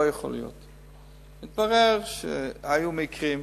מתברר שהיו מקרים,